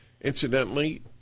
Incidentally